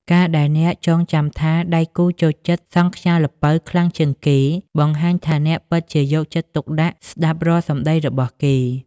ការដែលអ្នកចងចាំថាដៃគូចូលចិត្ត "សង់ខ្យាល្ពៅ" ខ្លាំងជាងគេ បង្ហាញថាអ្នកពិតជាយកចិត្តទុកដាក់ស្ដាប់រាល់សម្ដីរបស់គេ។